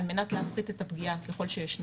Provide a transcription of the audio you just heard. על מנת להפחית את הפגיעה ככה שישנה.